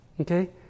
Okay